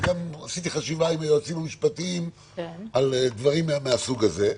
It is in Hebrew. עשיתי חשיבה עם היועצים המשפטיים על דברים מהסוג הזה.